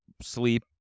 sleep